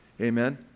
Amen